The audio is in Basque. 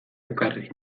ekarri